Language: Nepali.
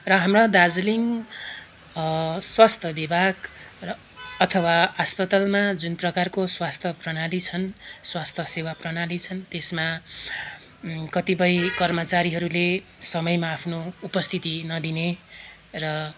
र हाम्रा दार्जिलिङ स्वास्थ्य विभाग र अथवा अस्पतालमा जुन प्रकारको स्वास्थ्य प्रणाली छन् स्वास्थ्य सेवा प्रणाली छन् त्यसमा कतिपय कर्मचारीहरूले समयमा आफ्नो उपस्थिति नदिने र